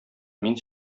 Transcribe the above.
мин